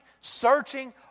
searching